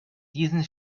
diesen